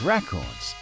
Records